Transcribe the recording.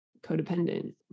codependent